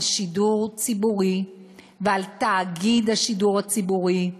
שידור ציבורי ועל תאגיד השידור הציבורי,